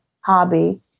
hobby